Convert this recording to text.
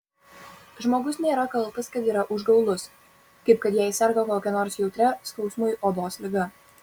žmogus nėra kaltas kad yra užgaulus kaip kad jei serga kokia nors jautria skausmui odos liga